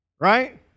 Right